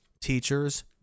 teachers